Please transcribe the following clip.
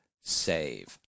save